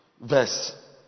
verse